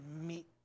meet